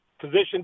position